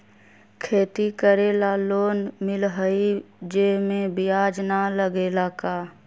खेती करे ला लोन मिलहई जे में ब्याज न लगेला का?